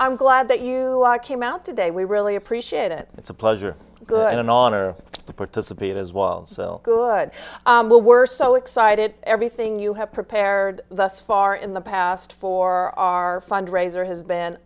i'm glad that you came out today we really appreciate it it's a pleasure good and an honor to participate as well good well we're so excited everything you have prepared thus far in the past for our fundraiser has been